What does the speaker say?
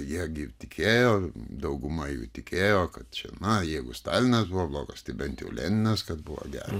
jie gi tikėjo dauguma jų tikėjo kad čia na jeigu stalinas buvo blogas tai bent jau leninas kad buvo geras